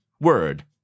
word